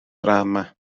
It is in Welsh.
drama